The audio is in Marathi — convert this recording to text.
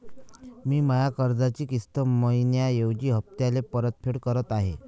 मी माया कर्जाची किस्त मइन्याऐवजी हप्त्याले परतफेड करत आहे